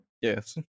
Yes